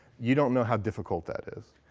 you don't know how difficult that is.